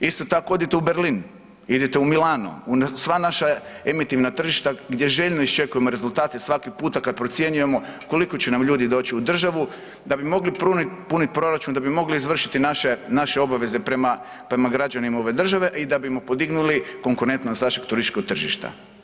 Isto tako odite u Berlin, idite u Milano, u sva naša emitivna tržišta gdje željno iščekujemo rezultate svaki puta kad procjenjujemo koliko će nam ljudi doći u državu da bi mogli punit proračun, da bi mogli izvršiti naše, naše obaveze prema, prema građanima ove države i da bi mu podignuli konkurentnost našeg turističkog tržišta.